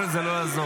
אבל זה לא יעזור.